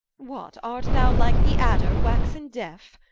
what? art thou like the adder waxen deafe?